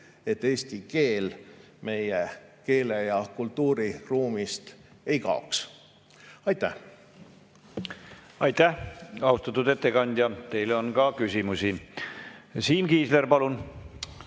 et eesti keel meie keele‑ ja kultuuriruumist ei kaoks. Aitäh! Aitäh, austatud ettekandja! Teile on ka küsimusi. Siim Kiisler, palun!